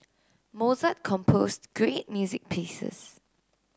Mozart composed great music pieces